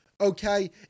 Okay